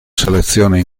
selezione